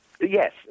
Yes